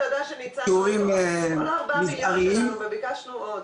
אתה יודע שניצלתי את כולו,